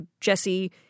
Jesse